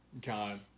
God